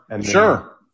sure